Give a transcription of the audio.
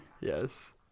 Yes